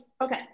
okay